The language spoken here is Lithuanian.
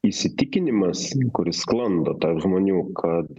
įsitikinimas kuris sklando tarp žmonių kad